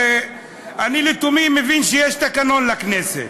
אני לתומי מבין שיש תקנון לכנסת.